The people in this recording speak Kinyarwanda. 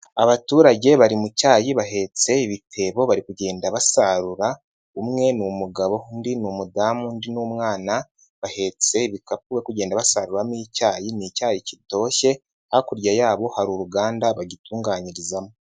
Abaturage bari mu cyayi bahetse ibitebo bari kugenda basarura umwe ni umugabo undi ni umudamu undi n'umwana bahetse bikapu bari kugenda basaruriramo icyayi ni icyayi gitoshye, hakurya yabo hari uruganda bagitunganyirizamo.